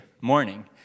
morning